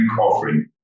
offering